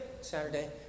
Saturday